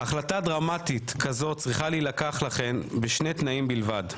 לכן החלטה דרמטית כזאת צריכה להילקח לשני תנאים בלבד.